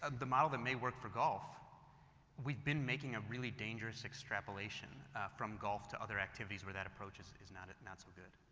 um the model that may work for golf we've been making a really dangerous extrapolating from golf to other activities where that approach is is not not so good.